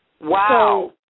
Wow